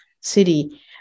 City